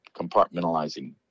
compartmentalizing